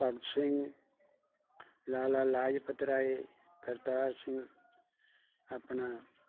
ਭਗਤ ਸਿੰਘ ਲਾਲਾ ਲਾਜਪਤ ਰਾਏ ਕਰਤਾਰ ਸਿੰਘ ਆਪਣਾ